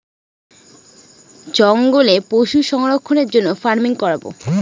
জঙ্গলে পশু সংরক্ষণের জন্য ফার্মিং করাবো